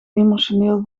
emotioneel